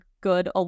good